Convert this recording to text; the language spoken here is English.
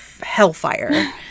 hellfire